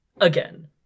Again